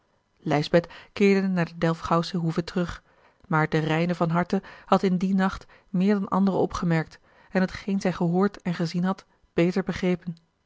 lijsbeth keerde naar de delfgauwsche hoeve terug maar de reine van harte had in dien nacht meer dan anderen opgemerkt en t geen zij gehoord en gezien had beter begrepen